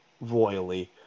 royally